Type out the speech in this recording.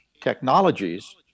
technologies